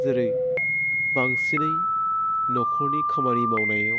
जेरै बांसिनै न'खरनि खामानि मावनायाव